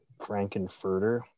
frankenfurter